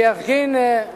שיפגין קצת הקשבה.